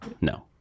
No